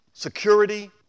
security